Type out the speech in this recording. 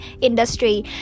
industry